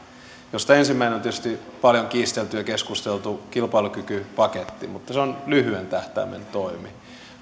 liikkeelle ensimmäinen on tietysti paljon kiistelty ja keskusteltu kilpailukykypaketti mutta se on lyhyen tähtäimen toimi